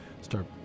start